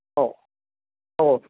हो हो